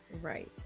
right